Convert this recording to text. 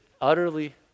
utterly